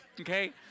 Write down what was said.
okay